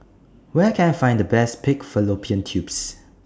Where Can I Find The Best Pig Fallopian Tubes